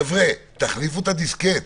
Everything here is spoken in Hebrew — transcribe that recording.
חבר'ה, תחליפו את הדיסקט.